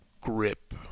grip